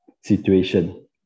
situation